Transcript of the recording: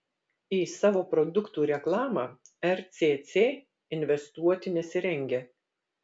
į savo produktų reklamą rcc investuoti nesirengia